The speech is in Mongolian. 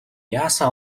яасан